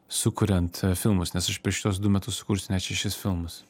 sukuriant filmus nes aš per šiuos du metus sukūręs net šešis filmus